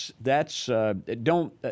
that's—don't